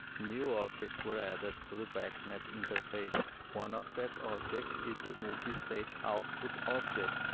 new objects were added to the bacnet interface. one of that objects is the multi-state output object,